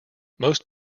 most